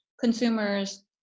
consumers